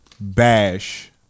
bash